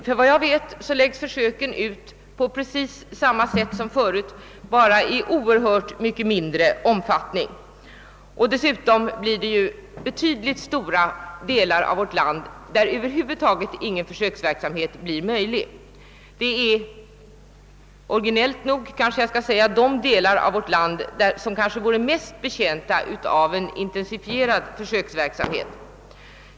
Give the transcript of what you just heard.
Såvitt jag vet läggs försöken ut på precis samma sätt nu som förut, bara med den skillnaden att de i fortsättningen företas i mindre omfattning, och dessutom kommer över huvud taget ingen försöksverksamhet att bli möjlig i stora delar av landet. Så blir förhållandet — originellt nog, kan jag säga — i de delar av vårt land, som kanske vore mest betjänta av en intensifierad försöksverksamhet.